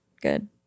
good